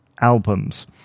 albums